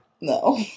No